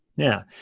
yeah.